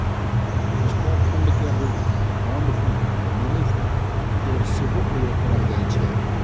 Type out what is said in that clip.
stock fund केर रूप मे बॉन्ड फंड आ मनी फंड केर सेहो प्रयोग करल जाइ छै